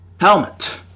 helmet